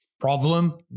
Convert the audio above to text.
problem